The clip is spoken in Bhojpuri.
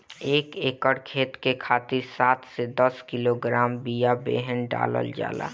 एक एकर खेत के खातिर सात से दस किलोग्राम बिया बेहन डालल जाला?